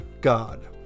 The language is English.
God